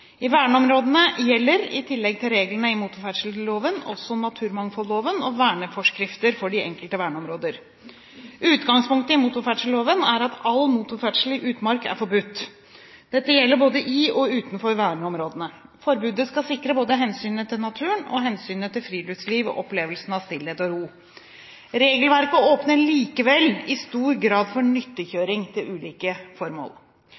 I verneområdene gjelder, i tillegg til reglene i motorferdselloven, også naturmangfoldloven og verneforskrifter for de enkelte verneområder. Utgangspunktet i motorferdselloven er at all motorferdsel i utmark er forbudt. Dette gjelder både i og utenfor verneområdene. Forbudet skal sikre både hensynet til naturen og hensynet til friluftsliv og opplevelsen av stillhet og ro. Regelverket åpner likevel i stor grad for nyttekjøring til ulike formål.